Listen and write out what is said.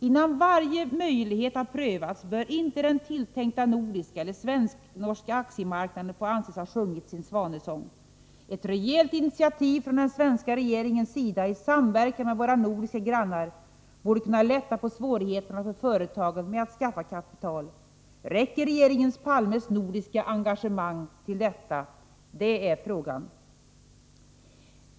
Innan varje möjlighet har prövats bör inte den tilltänkta nordiska eller svensk-norska aktiemarknaden få anses ha sjungit sin svanesång. Ett rejält initiativ från den svenska regeringens sida i samverkan med våra nordiska grannar borde kunna lätta på svårigheterna för företagen med att skaffa kapital. Räcker regeringen Palmes nordiska engagemang till för det? — Det är frågan.